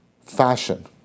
fashion